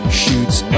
shoots